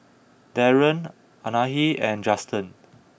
Darrien Anahi and Juston